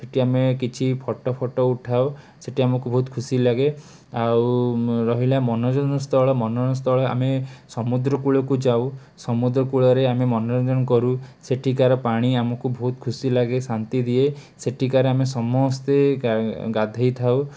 ସେଇଠି ଆମେ କିଛି ଫଟୋ ଫଟୋ ଉଠାଉ ସେଇଠି ଆମକୁ ବହୁତ ଖୁସିଲାଗେ ଆଉ ରହିଲା ମନୋରଞ୍ଜନସ୍ଥଳ ମନୋରଞ୍ଜନସ୍ଥଳ ଆମେ ସମୁଦ୍ରକୂଳକୁ ଯାଉ ସମୁଦ୍ରକୂଳରେ ଆମେ ମନୋରଞ୍ଜନକରୁ ସେଠିକାର ପାଣି ଆମକୁ ବହୁତ ଖୁସିଲାଗେ ଶାନ୍ତିଦିଏ ସେଠିକାରେ ଆମେ ସମସ୍ତେ ଗାଧେଇଥାଉ